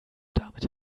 damit